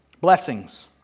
Blessings